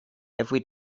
every